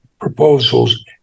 proposals